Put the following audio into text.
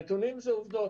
נתונים זה עובדות.